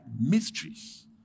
mysteries